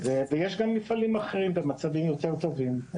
יש גם מפעלים אחרים במצבים יותר טובים.